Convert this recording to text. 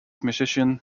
musician